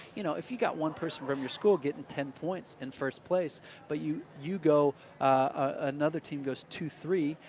you know, if you've got one person from your school getting ten points in first place but you you go another team goes two three,